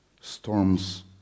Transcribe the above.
storms